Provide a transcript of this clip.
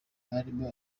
harimo